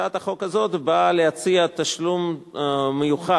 הצעת החוק הזאת באה להציע תשלום מיוחד,